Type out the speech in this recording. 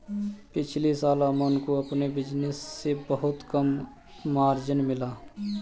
पिछले साल अमन को अपने बिज़नेस से बहुत कम मार्जिन मिला